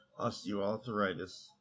osteoarthritis